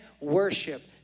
worship